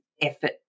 effort